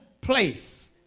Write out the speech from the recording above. place